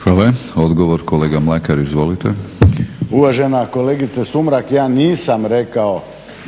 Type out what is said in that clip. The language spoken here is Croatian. Hvala. Odgovor kolega Mlakar, izvolite. **Mlakar, Davorin (HDZ)** Uvažena kolegice Sumrak, ja nisam rekao